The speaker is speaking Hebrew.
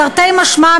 תרתי משמע,